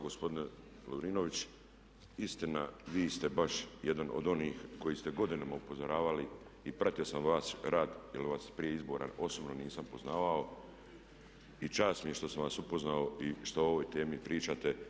Gospodine Milinović, istina vi ste baš jedan od onih koji ste godinama upozoravali i pratio sam vaš rad jer vas prije izbora osobno nisam poznavao i čast mi je što sam vas upoznao i što o ovoj temi pričate.